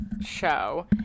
show